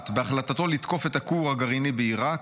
בהחלטתו לתקוף את הכור הגרעיני בעיראק,